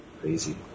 Crazy